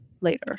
later